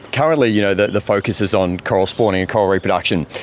currently you know the the focus is on coral spawning and coral reproduction,